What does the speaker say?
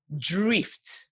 drift